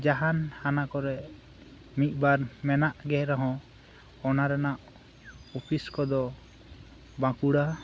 ᱡᱟᱦᱟᱱ ᱦᱟᱱᱟ ᱠᱚᱨᱮ ᱢᱤᱫᱽᱵᱟᱨ ᱢᱮᱱᱟᱜ ᱜᱤ ᱨᱮᱦᱚᱸ ᱚᱱᱟ ᱨᱮᱱᱟᱜ ᱚᱯᱤᱥ ᱠᱚᱫᱚ ᱵᱟᱸᱠᱩᱲᱟ